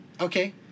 Okay